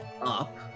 up